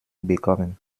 bekommen